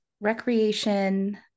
recreation